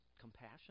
compassion